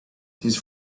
his